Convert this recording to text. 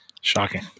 Shocking